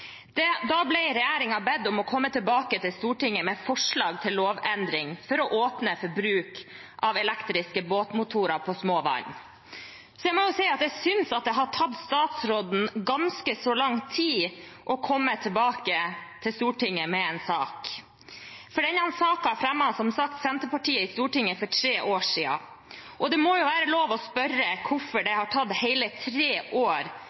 Da ble regjeringen bedt om å komme tilbake til Stortinget med forslag til lovendring for å åpne for bruk av elektriske båtmotorer på små vann. Så jeg må si at jeg synes det har tatt statsråden ganske så lang tid å komme tilbake til Stortinget med en sak. Denne saken fremmet som sagt Senterpartiet i Stortinget for tre år siden, og det må jo være lov å spørre hvorfor det har tatt hele tre år